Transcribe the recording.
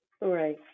Right